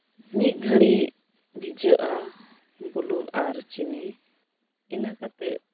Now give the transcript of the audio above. ᱢᱤᱜ ᱜᱷᱟᱲᱤᱡ ᱵᱷᱤᱡᱟᱹᱜᱼᱟ ᱵᱩᱞᱩᱝ ᱟᱨ ᱪᱤᱱᱤ ᱤᱱᱟᱹ ᱠᱟᱛᱮᱜ